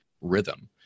rhythm